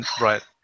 Right